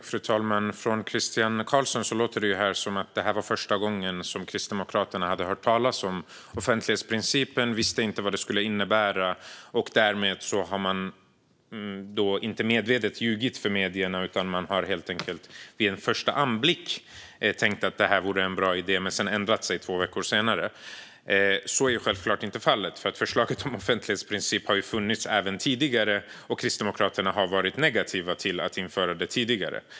Fru talman! På Christian Carlsson låter det som att det här var första gången som Kristdemokraterna hade hört talas om offentlighetsprincipen. Man visste inte vad förslaget skulle innebära. Därmed har man inte medvetet ljugit för medierna, utan man har "vid en första anblick" tänkt att det här vore en bra idé men ändrat sig två veckor senare. Så är självklart inte fallet. Förslaget om offentlighetsprincipen har ju funnits även tidigare, och Kristdemokraterna har varit negativa till att införa det tidigare.